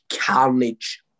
carnage